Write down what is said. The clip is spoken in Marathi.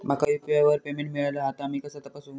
माका यू.पी.आय वर पेमेंट मिळाला हा ता मी कसा तपासू?